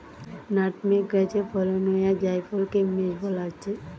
nutmeg গাছে ফলন হোয়া জায়ফলকে মেস বোলা হচ্ছে